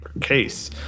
case